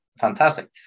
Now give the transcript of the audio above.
Fantastic